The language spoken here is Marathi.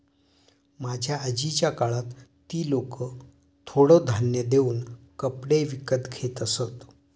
माझ्या आजीच्या काळात ती लोकं थोडं धान्य देऊन कपडे विकत घेत असत